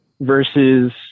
versus